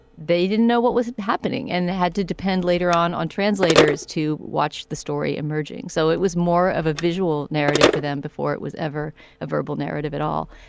they didn't know what was happening and had to depend later on on translators to watch the story emerging. so it was more of a visual narrative for them before it was ever a verbal narrative at all,